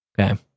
Okay